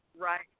Right